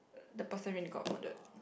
the person really got murdered